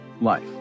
life